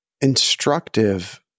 instructive